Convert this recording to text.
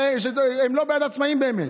הם לא באמת בעד העצמאים באמת.